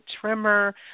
tremor